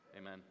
Amen